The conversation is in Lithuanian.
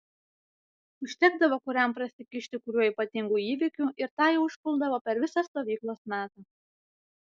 užtekdavo kuriam prasikišti kuriuo ypatingu įvykiu ir tą jau užpuldavo per visą stovyklos metą